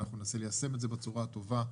אנחנו ננסה ליישם את זה בצורה טובה,